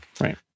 Right